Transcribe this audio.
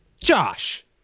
Josh